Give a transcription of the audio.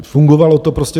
Fungovalo to prostě.